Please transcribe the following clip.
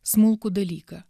smulkų dalyką